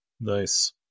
Nice